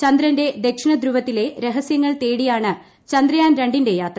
ചന്ദ്രന്റെ ദക്ഷിണ ധ്രുവത്തിലെ രഹസ്യങ്ങൾ തേടിയാണ് ചന്ദ്രയാൻ രണ്ടിന്റെ യാത്ര